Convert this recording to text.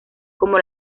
como